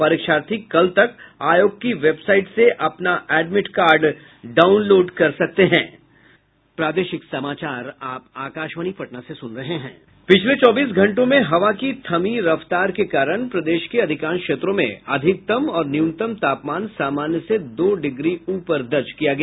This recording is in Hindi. परीक्षार्थी कल तक आयोग की वेबसाइट से अपना एडमिट कार्ड डाउनलोड कर सकते हैं पिछले चौबीस घंटे में हवा की थमी रफ्तार के कारण प्रदेश के अधिकांश क्षेत्रों में अधिकतम और न्यूनतम तापमान सामान्य से दो डिग्री ऊपर दर्ज किया गया